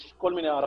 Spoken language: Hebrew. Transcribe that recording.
יש כל מיני הערכות,